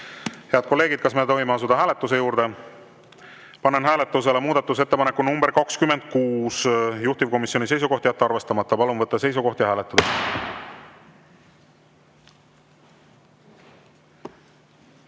hääletada. Kas me tohime asuda hääletuse juurde? Panen hääletusele muudatusettepaneku nr 61, juhtivkomisjoni seisukoht on jätta arvestamata. Palun võtta seisukoht ja hääletada!